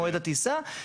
מועד הטיסה,